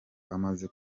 amaze